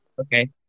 Okay